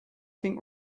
think